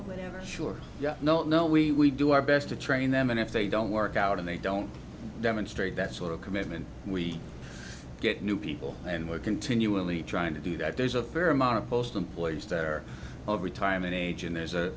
know whenever sure no no we do our best to train them and if they don't work out and they don't demonstrate that sort of commitment we get new people and we're continually trying to do that there's a fair amount of post employees that are of retirement age and there's a